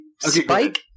Spike